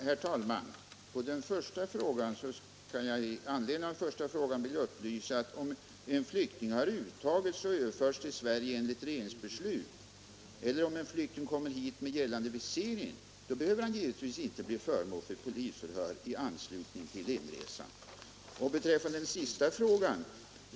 Herr talman! I anledning av den första frågan vill jag upplysa om att när en flykting har uttagits och överförts till Sverige enligt regeringsbeslut eller kommer hit med gällande visering behöver han inte bli föremål för polisförhör i anslutning till inresan.